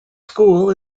school